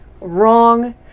Wrong